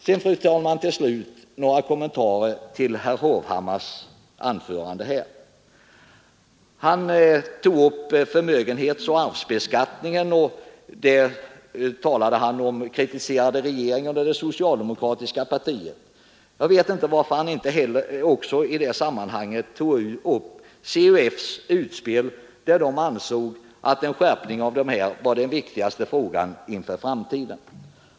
Till slut, fru talman, några kommentarer till herr Hovhammars anförande. Han tog upp förmögenhetsoch arvsbeskattningen och kritiserade därvid regeringen och det socialdemokratiska partiet — jag vet inte varför han inte också i detta sammanhang tog upp CUF:s utspel. Han ansåg att detta var den viktigaste frågan inför framtiden.